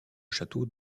château